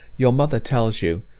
your mother tells you,